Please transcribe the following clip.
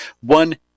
one